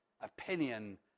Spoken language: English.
opinion